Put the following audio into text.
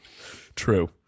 True